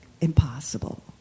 impossible